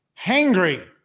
hangry